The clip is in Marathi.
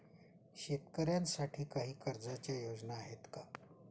शेतकऱ्यांसाठी काही कर्जाच्या योजना आहेत का?